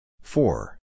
Four